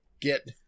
get